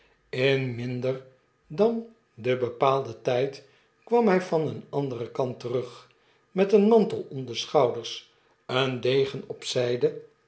in minder dan den bepaalden tijd kwam hij van een anderen kant terug met een mantel om de schouders een degen op zijde